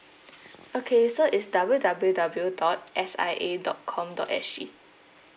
okay so is W_W_W dot S_I_A dot com dot S_G